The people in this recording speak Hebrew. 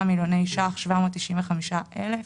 63.795 מיליון שקלים: